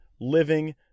living